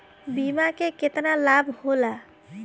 बीमा के केतना लाभ होला?